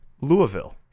Louisville